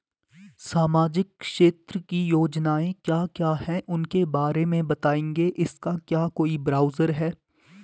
सामाजिक क्षेत्र की योजनाएँ क्या क्या हैं उसके बारे में बताएँगे इसका क्या कोई ब्राउज़र है?